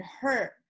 hurt